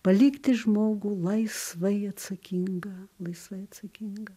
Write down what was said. palikti žmogų laisvai atsakingą laisvai atsakingą